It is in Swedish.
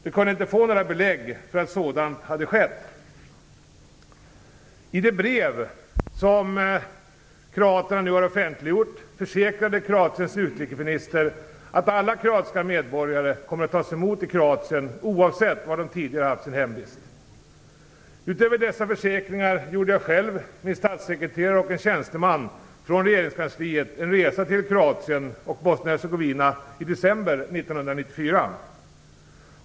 Vi kunde inte få några belägg för att sådant hade skett. I det brev som kroaterna nu har offentliggjort försäkrade Kroatiens utrikesminister att alla kroatiska medborgare kommer att tas emot i Kroatien oavsett var de tidigare har haft sin hemvist. Utöver dessa försäkringar gjorde jag själv, min statssekreterare och en tjänsteman från regeringskansliet en resa till Kroatien och Bosnien-Hercegovina i december 1994.